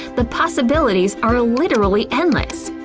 the possibilities are literally endless!